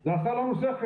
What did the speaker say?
זה עשה לנו שכל,